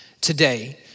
today